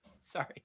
Sorry